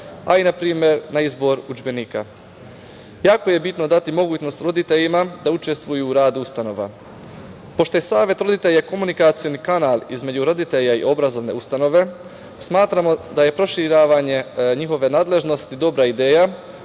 a i na primer na izbor udžbenika. Jako je bitno dati mogućnost roditeljima da učestvuju u radu ustanova. Pošto je savet roditelja komunikacioni kanal između roditelja i obrazovne ustanove smatramo da je proširenje njihove nadležnosti dobra ideja